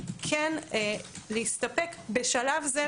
כן להסתפק בשלב זה,